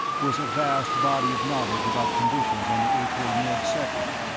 was a vast body of knowledge about conditions on the akor-neb sector,